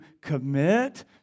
commit